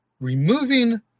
removing